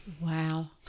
Wow